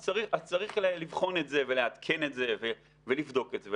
אז צריך לבחון את זה ולעדכן את זה ולבדוק את זה.